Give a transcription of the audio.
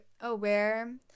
aware